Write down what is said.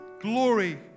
Glory